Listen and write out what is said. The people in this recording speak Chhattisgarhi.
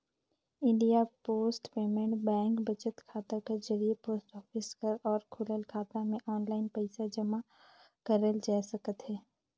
इंडिया पोस्ट पेमेंट बेंक बचत खाता कर जरिए पोस्ट ऑफिस कर अउ खुलल खाता में आनलाईन पइसा जमा करल जाए सकत अहे